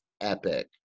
Epic